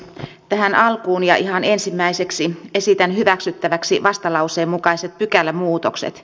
tähän alkuun ja ihan ensimmäiseksi esitän hyväksyttäväksi vastalauseen mukaiset pykälämuutokset